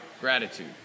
gratitude